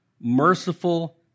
merciful